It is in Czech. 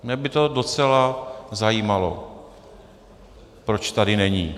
Mě by to docela zajímalo, proč tady není.